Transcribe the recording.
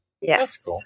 Yes